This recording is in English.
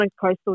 coastal